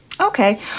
Okay